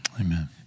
Amen